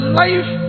life